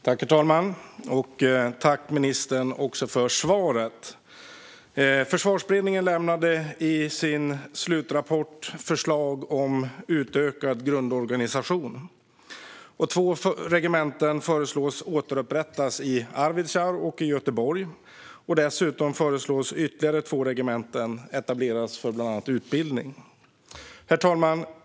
Herr talman! Tack, ministern, för svaret! Försvarsberedningen lämnade i sin slutrapport förslag om utökad grundorganisation. Två regementen föreslås återupprättas i Arvidsjaur och Göteborg. Dessutom föreslås ytterligare två regementen etableras för bland annat utbildning. Herr talman!